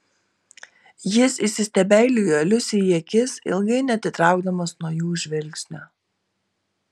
jis įsistebeilijo liusei į akis ilgai neatitraukdamas nuo jų žvilgsnio